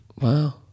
wow